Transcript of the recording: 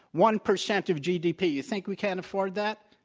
one percent of gdp. you think we can't afford that?